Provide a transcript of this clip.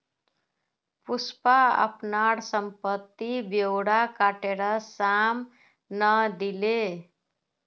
पुष्पा अपनार संपत्ति ब्योरा कोटेर साम न दिले